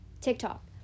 TikTok